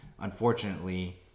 unfortunately